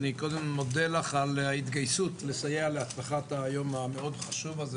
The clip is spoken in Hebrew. אני קודם מודה לך על ההתגייסות לסייע להצלחת היום המאוד חשוב הזה,